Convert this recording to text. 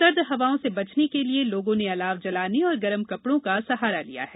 सर्द हवाओं से बचने के लिये लोगों ने अलाव जलाने और गरम कपड़ो का सहारा लिया है